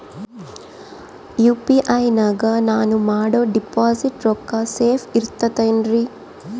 UPI ನಾಗ ನಾನು ಮಾಡೋ ಡಿಪಾಸಿಟ್ ರೊಕ್ಕ ಸೇಫ್ ಇರುತೈತೇನ್ರಿ?